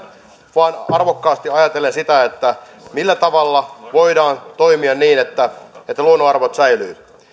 vaan arvokkaasti ajatellen sitä millä tavalla voidaan toimia niin että että luonnonarvot säilyisivät